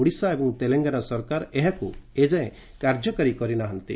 ଓଡ଼ିଶା ଏବଂ ତେଲଙ୍ଗାନା ସରକାର ଏହାକୁ ଏଯାଏଁ କାର୍ଯ୍ୟକାରୀ କରି ନାହାନ୍ତି